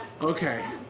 okay